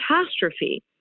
catastrophe